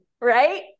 right